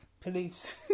Police